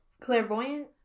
Clairvoyant